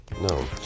No